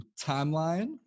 timeline